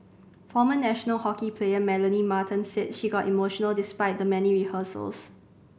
former national hockey player Melanie Martens said she got emotional despite the many rehearsals